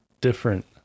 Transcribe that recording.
different